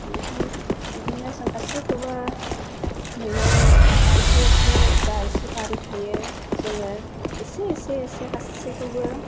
ओमफ्राय बिदिनो जों गासैखौबो मैगं एसे एसे जा एसे बारि थायो जोङो एसे एसे एसे गासिखौबो